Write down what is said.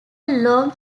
long